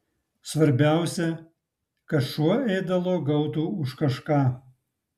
svarbiausia kad šuo ėdalo gautų už kažką